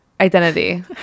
identity